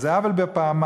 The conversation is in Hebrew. אז זה עוול פעמיים.